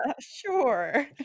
sure